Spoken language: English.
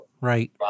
Right